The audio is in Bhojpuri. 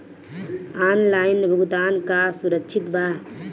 ऑनलाइन भुगतान का सुरक्षित बा?